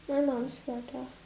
my mom's prata